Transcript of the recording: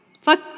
Fuck